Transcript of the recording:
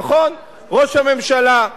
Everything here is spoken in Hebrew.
נכון, ראש הממשלה.